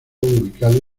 ubicado